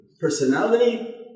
personality